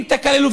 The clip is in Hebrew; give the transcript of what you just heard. אם תקללו.